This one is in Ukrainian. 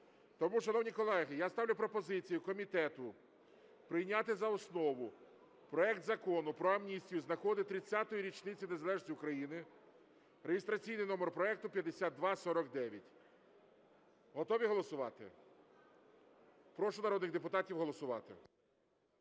Тому, шановні колеги, я ставлю пропозицію комітету прийняти за основу проект Закону про амністію з нагоди 30-ї річниці Незалежності України (реєстраційний номер проекту 5249). Готові голосувати? Прошу народних депутатів голосувати.